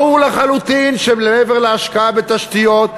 ברור לחלוטין שמעבר להשקעה בתשתיות,